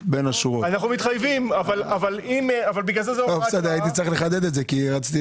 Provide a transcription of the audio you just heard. מן הסכום לפי תקנה זו, כפי שהשתנה לפי תקנה